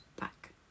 back